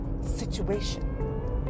situation